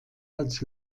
als